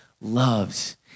loves